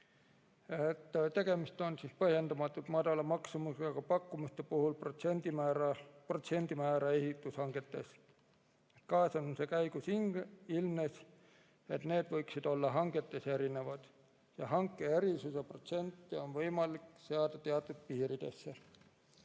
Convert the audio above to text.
Tegemist on põhjendamatult madala maksumusega pakkumuste protsendimääraga ehitushangetes. Kaasamise käigus ilmnes, et need võiksid olla hangetes erinevad. Hanke erisuse protsenti on võimalik seada teatud piiridesse.